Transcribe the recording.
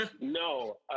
No